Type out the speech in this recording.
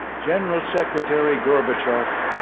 general secretary gorbachev,